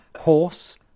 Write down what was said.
horse